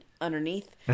underneath